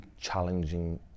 challenging